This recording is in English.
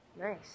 Nice